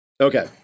Okay